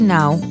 Now